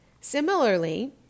Similarly